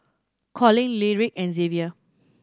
Collin Lyric and Xavier